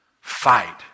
Fight